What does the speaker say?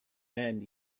and